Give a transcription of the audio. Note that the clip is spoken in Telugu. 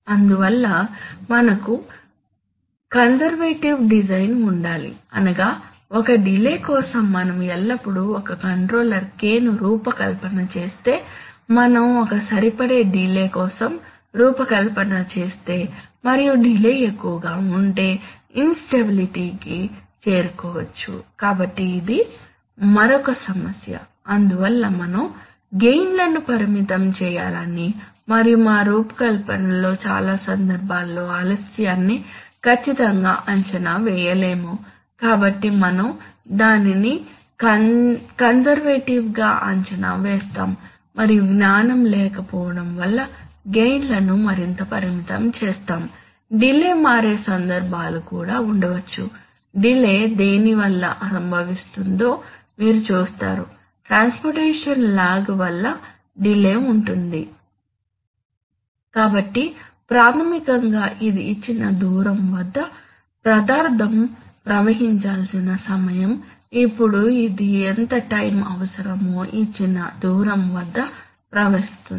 అందువల్ల మనకు కన్సర్వేటివ్ డిజైన్ ఉండాలి అనగా ఒక డిలే కోసం మనం ఎల్లప్పుడూ ఒక కంట్రోలర్ k ను రూపకల్పన చేస్తే మనం ఒక సరిపడే డిలే కోసం రూపకల్పన చేస్తే మరియు డిలే ఎక్కువగా ఉంటే ఇన్ స్టాబిలిటీ కి చేరుకోవచ్చు కాబట్టి ఇది మరొక సమస్య అందువల్ల మనం గెయిన్ లను పరిమితం చేయాలి మరియు మా రూపకల్పనలో చాలా సందర్భాల్లో ఆలస్యాన్ని ఖచ్చితంగా అంచనా వేయలేము కాబట్టి మనం దానిని కన్సర్వేటివ్ గా అంచనా వేస్తాము మరియు జ్ఞానం లేకపోవడం వల్ల గెయిన్ లను మరింత పరిమితం చేస్తాము డిలే మారే సందర్భాలు కూడా ఉండవచ్చు డిలే దేని వల్ల సంభవిస్తుందో మీరు చూస్తారు ట్రాన్స్పోర్టేషన్ లాగ్ వల్ల డిలే ఉంటుంది కాబట్టి ప్రాథమికంగా ఇది ఇచ్చిన దూరం వద్ద పదార్థం ప్రవహించాల్సిన సమయం ఇప్పుడు ఇది ఎంత టైం అవసరమో ఇచ్చిన దూరం వద్ద ప్రవహిస్తుంది